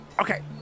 Okay